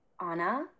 Anna